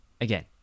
Again